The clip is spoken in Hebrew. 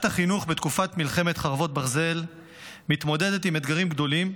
בתקופת מלחמת חרבות ברזל מתמודדת מערכת החינוך עם אתגרים גדולים,